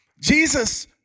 Jesus